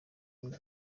muri